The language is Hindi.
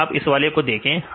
अगर आप इस वाले को देखें